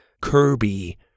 Kirby